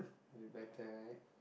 with better right